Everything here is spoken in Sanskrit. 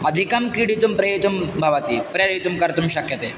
अधिकं क्रीडितुं प्रयितुं भवति प्रेरयितुं कर्तुं शक्यते